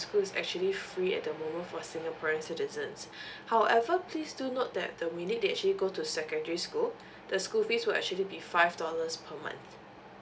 school it's actually free at the moment for singaporean citizens however please do note that the minute they actually go to secondary school the school fees will actually be five dollars per month